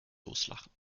loslachen